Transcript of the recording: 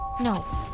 No